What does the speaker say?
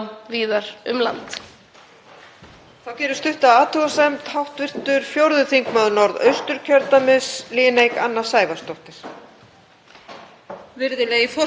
Hér ræðum við þarft umræðuefni, tæknifræðinám við Háskólann á Akureyri sem, eins og hæstv. ráðherra kom inn á,